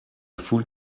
foule